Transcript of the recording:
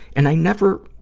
and i never,